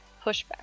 pushback